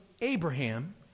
Abraham